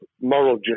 moral